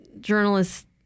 journalists